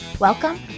Welcome